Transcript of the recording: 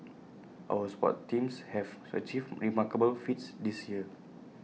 our sports teams have achieved remarkable feats this year